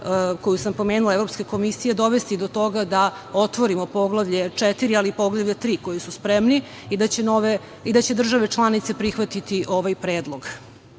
koju sam pomenula Evropske komisije dovesti do toga da otvorimo Poglavlje 4, ali i Poglavlje 3, koji su spremni, i da će države članice prihvatiti ovaj predlog. Osvrnula